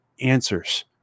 answers